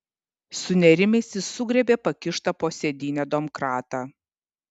sunerimęs jis sugriebė pakištą po sėdyne domkratą